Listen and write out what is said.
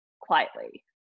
quietly